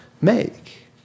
make